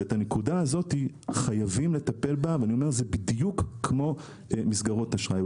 את הנקודה הזאת חייבים לטפל בה ואני אומר שזה בדיוק כמו מסגרות אשראי.